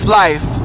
life